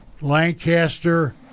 Lancaster